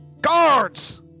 Guards